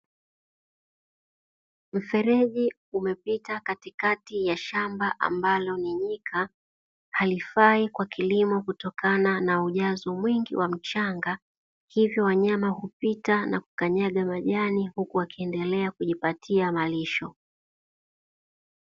Mfereji umepita katikati ya shamba ambalo ni nyika halifai kwa kilimo kutokana na ujazo mwingi wa mchanga hivyo wanyama hupita na kukanyaga majani huku wakiendelea kujipatia marisho.